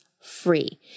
free